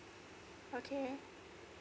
okay